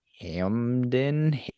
Hamden